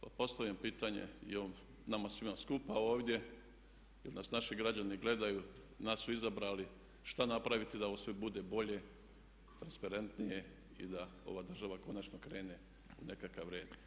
Pa postavljam pitanje i ovom, nama svima skupa ovdje jer nas naši građani gledaju, nas su izabrali šta napraviti da ovo sve bude bolje, transparentnije i da ova država konačno krene u nekakav red.